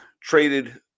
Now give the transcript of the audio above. traded